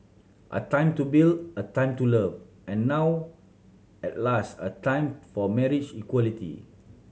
a time to build a time to love and now at last a time for marriage equality